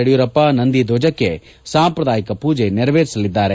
ಯಡಿಯೂರಪ್ಪ ನಂದಿ ಧ್ಲಜಕ್ಕೆ ಸಾಂಪ್ರದಾಯಿಕ ಪೂಜೆ ನೆರವೇರಿಸಲಿದ್ದಾರೆ